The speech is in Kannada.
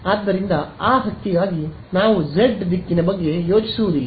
ಆದ್ದರಿಂದ ನಾವು ಜೆಡ್ ದಿಕ್ಕಿನ ಬಗ್ಗೆ ಯೋಚಿಸುವುದಿಲ್ಲ